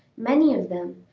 many of them,